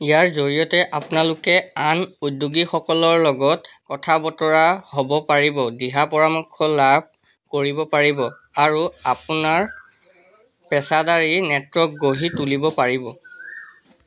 ইয়াৰ জৰিয়তে আপোনালোকে আন উদ্যোগীসকলৰ লগত কথা বতৰা হ'ব পাৰিব দিহা পৰামৰ্শ লাভ কৰিব পাৰিব আৰু আপোনাৰ পেছাদাৰী নেটৱৰ্ক গঢ়ি তুলিব পাৰিব